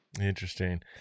Interesting